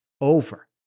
over